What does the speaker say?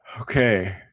Okay